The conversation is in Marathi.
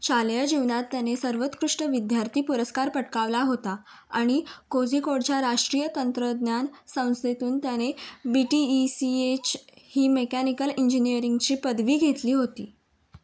शालेय जीवनात त्याने सर्वोत्कृष्ट विद्यार्थी पुरस्कार पटकावला होता आणि कोझिकोडच्या राष्ट्रीय तंत्रज्ञान संस्थेतून त्याने B T E C H ही मेकॅनिकल इंजिनीअरिंगची पदवी घेतली होती